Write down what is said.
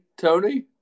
Tony